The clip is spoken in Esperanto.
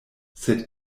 sed